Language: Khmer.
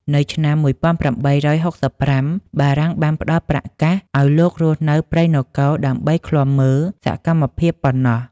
នៅឆ្នាំ ១៨៦៥ បារាំងបានផ្ដល់ប្រាក់កាសឱ្យលោករស់នៅព្រៃនគរដើម្បីឃ្លាំមើលសកម្មភាពប៉ុណ្ណោះ។